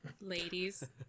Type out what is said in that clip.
Ladies